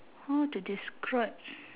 how to describe